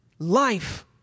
Life